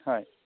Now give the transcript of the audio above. হয়